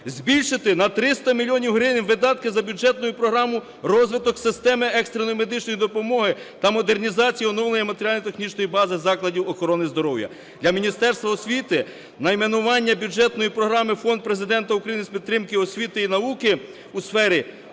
Збільшити на 300 мільйонів гривень видатки за бюджетною програмою "Розвиток системи екстреної медичної допомоги та модернізація і оновлення матеріально-технічної бази закладів охорони здоров'я". Для Міністерства освіти найменування бюджетної програми "Фонд Президента України з підтримки освіти і науки" у сфері